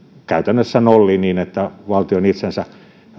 käytännössä nolliin niin että valtion itsensä